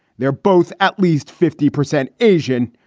they're both at least fifty percent asian.